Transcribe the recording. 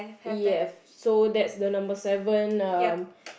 ya so that's the number seven um